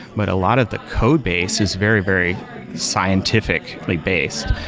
but a lot of the codebase is very, very scientifically based.